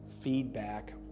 feedback